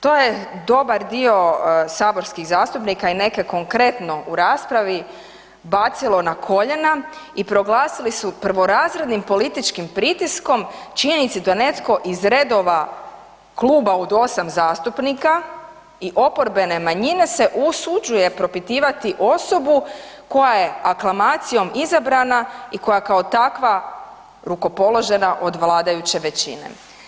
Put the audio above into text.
To je dobar dio saborskih zastupnika i neke konkretno u raspravi, bacilo na koljena i proglasili su prvorazrednim političkim pritiskom činjenice da netko iz redova kluba od 8 zastupnika i oporbene manjine se usuđuje propitivati osobu koja je aklamacijom izabrana i koja je kao takva rukopoložena od vladajuće većine.